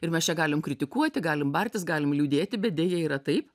ir mes čia galim kritikuoti galim bartis galim liūdėti bet deja yra taip